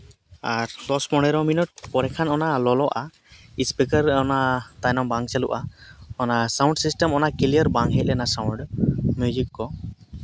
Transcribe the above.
ᱟᱨ ᱫᱚᱥ ᱯᱚᱱᱨᱚ ᱢᱤᱱᱤᱴ ᱯᱚᱨᱮ ᱠᱷᱚᱱ ᱚᱱᱟ ᱞᱚᱞᱚᱜᱼᱟ ᱥᱯᱤᱠᱟᱨ ᱚᱱᱟ ᱵᱟᱝ ᱪᱟᱹᱞᱩᱜᱼᱟ ᱚᱱᱟ ᱥᱟᱣᱩᱱᱰ ᱥᱤᱥᱴᱮᱢ ᱚᱱᱟ ᱠᱞᱤᱭᱟᱨ ᱵᱟᱝ ᱦᱮᱡ ᱞᱮᱱᱟ ᱥᱟᱣᱩᱱᱰᱮ ᱨᱮ ᱢᱤᱭᱩᱡᱤᱠ ᱠᱚ